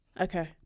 Okay